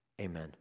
Amen